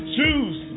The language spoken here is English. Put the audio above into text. Choose